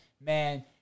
man